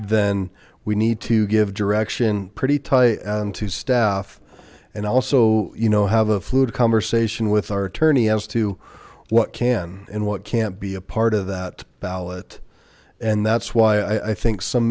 then we need to give direction pretty tight on to staff and also you know have a fluid conversation with our attorney as to what can and what can't be a part of that ballot and that's why i think some